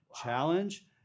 challenge